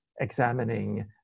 examining